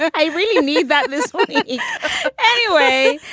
i really need that list yeah yeah anyway.